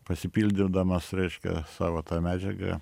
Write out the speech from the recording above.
pasipildydamas reiškia savo ta medžiaga